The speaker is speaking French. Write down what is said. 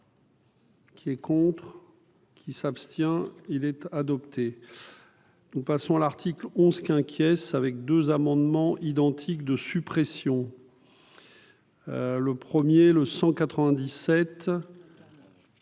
Qui est contre qui s'abstient il être adopté. Nous passons l'article 11 qui inquiète avec 2 amendements identiques de suppression. Le premier, le 197.